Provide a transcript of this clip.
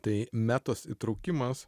tai metos įtraukimas